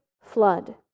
flood